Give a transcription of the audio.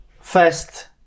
first